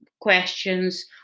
questions